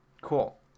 cool